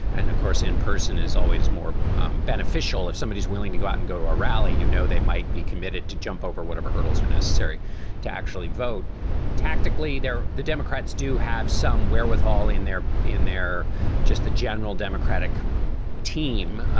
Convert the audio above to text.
and of course, in-person is always more beneficial. if somebody is willing to go out and go to a rally, you know, they might be committed to jump over whatever hurdles are necessary to actually vote tactically there. the democrats do have some wherewithal in there, in there just to general democratic team,